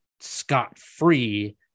scot-free